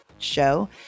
show